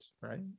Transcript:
right